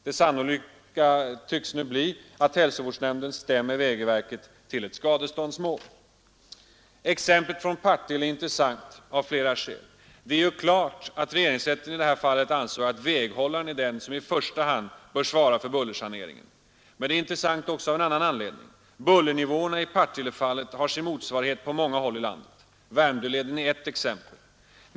Det sannolika tycks nu bli att hälsovårdsnämnden stämmer vägverket till ett skadeståndsmål. Exemplet från Partille är intressant av flera skäl. Det är ju klart att regeringsrätten i det här fallet ansåg att väghållaren är den som i första hand bör svara för bullersaneringen, men det är intressant också av en annan anledning. Bullernivåerna i Partillefallet har sin motsvarighet på många håll i landet. Värmdöleden är ett exempel.